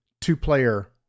two-player